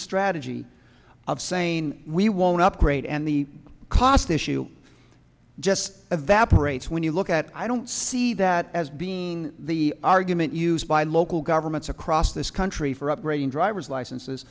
strategy of saying we won't upgrade and the cost issue just evaporates when you look at i don't see that as being the argument used by local governments across this country for upgrading drivers licenses